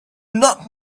not